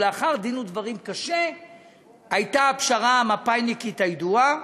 לאחר דין ודברים קשה הייתה הפשרה המפא"יניקית הידועה,